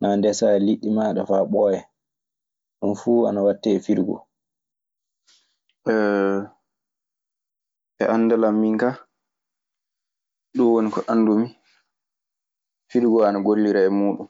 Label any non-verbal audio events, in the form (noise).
naa ndesaa liɗɗi maaɗa faa ɓooya. Ɗun fuu ana waɗee e firigo. (hesitation) E anndal an min ka, ɗun woni ko anndumi firigoo ana golliree muuɗun.